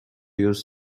use